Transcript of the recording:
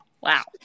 Wow